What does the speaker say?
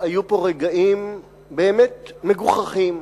אף-על-פי שהיו פה רגעים באמת מגוחכים,